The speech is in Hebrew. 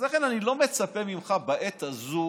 לכן אני לא מצפה ממך, בעת הזו